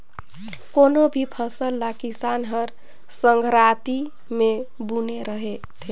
कोनो भी फसल ल किसान हर संघराती मे बूने रहथे